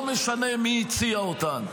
לא משנה מי הציע אותן.